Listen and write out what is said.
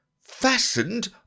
fastened